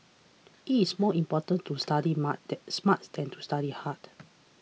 it is more important to study smart smart than to study hard